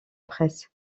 presse